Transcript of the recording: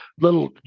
little